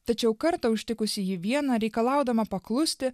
tačiau kartą užtikusi jį vieną reikalaudama paklusti